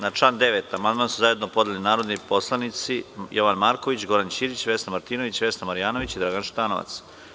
Na član 9. amandman su zajedno podneli narodni poslanici Jovan Marković, Goran Ćirić, Vesna Martinović, Vesna Marjanović i Dragan Šutanovac.